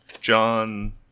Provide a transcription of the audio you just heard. John